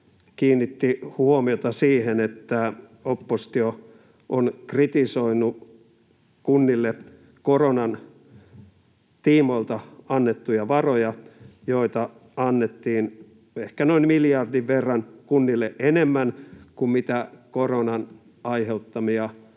kiinnitti huomiota siihen, että oppositio on kritisoinut kunnille koronan tiimoilta annettuja varoja, joita annettiin ehkä noin miljardin verran kunnille enemmän kuin mitä koronan aiheuttamia